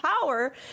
power